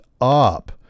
up